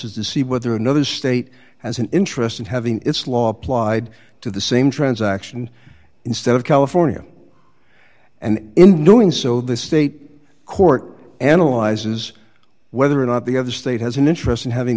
is to see whether another state has an interest in having its law applied to the same transaction instead of california and in doing so this state court analyzes whether or not the other state has an interest in having